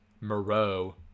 Moreau